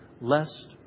lest